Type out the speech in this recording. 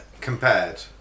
compared